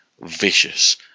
vicious